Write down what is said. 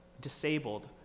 disabled